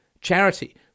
Charity